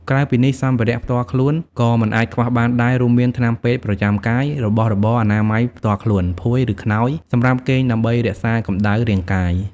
ក្រៅពីនេះ សម្ភារៈផ្ទាល់ខ្លួន ក៏មិនអាចខ្វះបានដែរ រួមមាន ថ្នាំពេទ្យប្រចាំកាយ របស់របរអនាម័យផ្ទាល់ខ្លួន ភួយ ឬ ក្នើយ សម្រាប់គេងដើម្បីរក្សាកម្ដៅរាងកាយ។